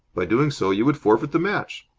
by doing so you would forfeit the match.